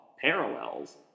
parallels